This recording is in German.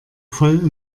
voll